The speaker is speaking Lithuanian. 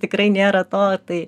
tikrai nėra to ir tai